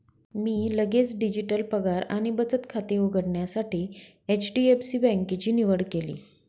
मी लगेच डिजिटल पगार आणि बचत खाते उघडण्यासाठी एच.डी.एफ.सी बँकेची निवड केली